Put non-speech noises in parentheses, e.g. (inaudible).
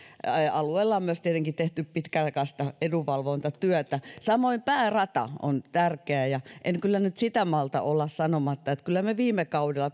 alueella on myös tietenkin tehty pitkäaikaista edunvalvontatyötä samoin päärata on tärkeä ja en kyllä nyt sitä malta olla sanomatta että kyllä me viime kaudella (unintelligible)